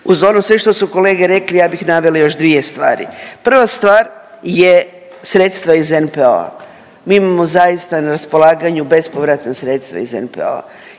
uz ono sve što su kolege rekli ja bih navela još dvije stvari. Prva stvar je sredstva iz NPO-a, mi imamo zaista na raspolaganju bespovratna sredstva iz NPO-a